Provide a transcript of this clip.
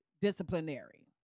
disciplinary